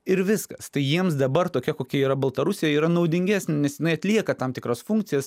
ir viskas tai jiems dabar tokia kokia yra baltarusija yra naudingesnė nes jinai atlieka tam tikras funkcijas